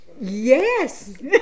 Yes